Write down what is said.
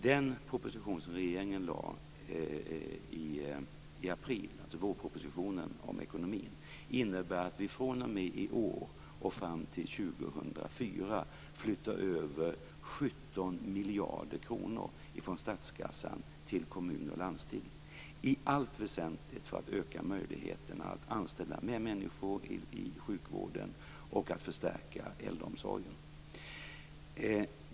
Den proposition som regeringen lade i april, dvs. vårpropositionen om ekonomin, innebär att vi fr.o.m. i år och fram till 2004 flyttar över 17 miljarder kronor från statskassan till kommuner och landsting, i allt väsentligt för att öka möjligheterna att anställa mer människor i sjukvården och förstärka äldreomsorgen.